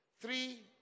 Three